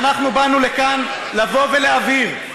ואנחנו באנו לכאן לבוא ולהבהיר.